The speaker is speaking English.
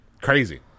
crazy